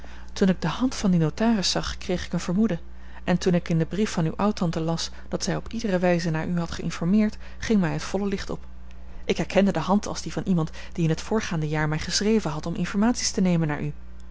toen ik de hand van dien notaris zag kreeg ik een vermoeden en toen ik in den brief van uwe oudtante las dat zij op iedere wijze naar u had geïnformeerd ging mij het volle licht op ik herkende de hand als die van iemand die in t voorgaande jaar mij geschreven had om informaties te nemen naar u